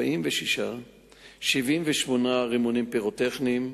78 רימונים פירוטכניים,